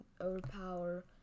overpower